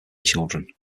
children